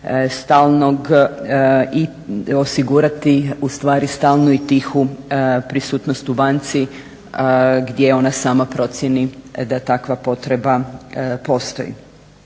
stalnog i osigurati u stvari stalnu i tihu prisutnost u banci gdje ona sama procijeni da takva potreba postoji.